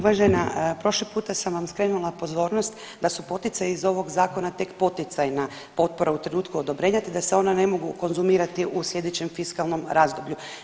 Uvažena, prošli puta sam vam skrenula pozornost da su poticaji iz ovog Zakona tek poticajna potpora u trenutku odobrenja te da se ona ne mogu konzumirati u sljedećem fiskalnom razdoblju.